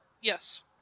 Yes